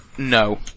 No